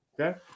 okay